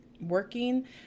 working